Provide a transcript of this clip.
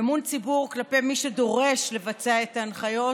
אמון הציבור כלפי מי שדורש לבצע את ההנחיות